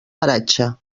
paratge